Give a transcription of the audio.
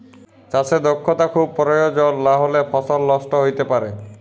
চাষে দক্ষতা খুব পরয়োজল লাহলে ফসল লষ্ট হ্যইতে পারে